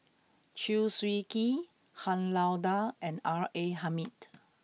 Chew Swee Kee Han Lao Da and R A Hamid